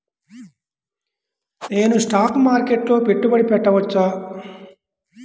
నేను స్టాక్ మార్కెట్లో పెట్టుబడి పెట్టవచ్చా?